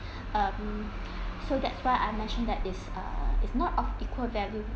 um so that's why I mention that it's err it's not of equal value